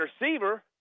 receiver